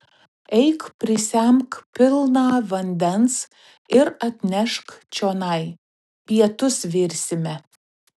eik prisemk pilną vandens ir atnešk čionai pietus virsime